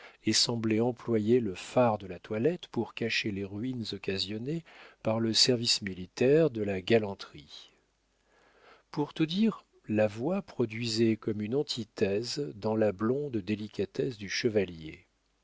et semblait employer le fard de la toilette pour cacher les ruines occasionnées par le service militaire de la galanterie pour tout dire la voix produisait comme une antithèse dans la blonde délicatesse du chevalier